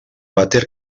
vàter